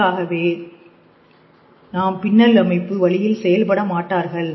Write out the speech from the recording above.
இதற்காக நாம் பின்னல் அமைப்பு வழியில் செயல்பட மாட்டார்கள்